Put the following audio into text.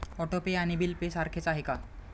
Auto pay आणि bill pay सारखेच आहे का?